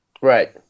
Right